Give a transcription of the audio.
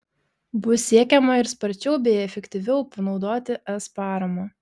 bus siekiama ir sparčiau bei efektyviau panaudoti es paramą